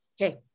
Okay